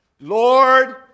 Lord